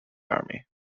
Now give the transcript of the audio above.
army